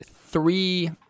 three